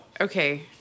Okay